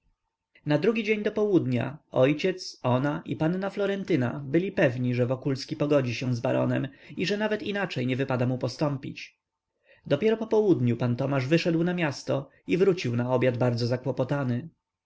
na drugi dzień do południa ojciec ona i panna florentyna byli pewni że wokulski pogodzi się z baronem i że nawet inaczej nie wypada mu postąpić dopiero po południu pan tomasz wyszedł na miasto i wrócił na obiad bardzo zakłopotany